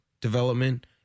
development